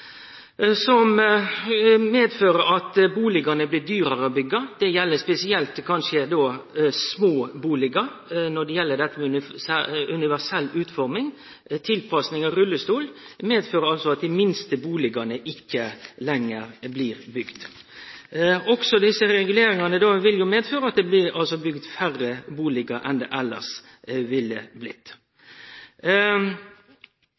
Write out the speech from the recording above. som medfører at bustadene blir dyrare å byggje. Det gjeld kanskje spesielt små bustader med universell utforming og tilpassing til rullestol. Det medfører at dei minste bustadene ikkje lenger blir bygde. Desse reguleringane vil medføre at det blir bygt færre bustader enn det elles ville blitt.